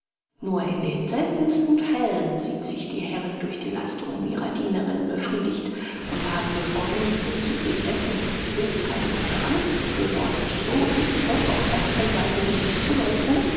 nur in seltnen fällen sieht sich die herrin durch die leistungen ihrer dienerin befriedigt und haben wir vorhin bezüglich dessen billigkeit und toleranz befürwortet so ist doch auf der andern seite nicht zu läugnen